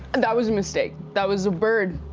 and that was a mistake. that was a bird.